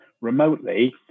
remotely